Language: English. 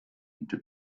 into